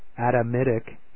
Adamitic